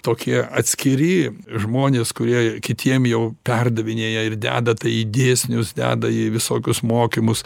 tokie atskiri žmonės kurie kitiem jau perdavinėja ir deda tai į dėsnius deda į visokius mokymus